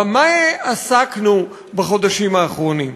במה עסקנו בחודשים האחרונים,